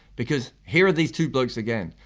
because here are these two blokes again.